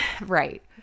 Right